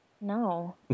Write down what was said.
No